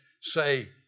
say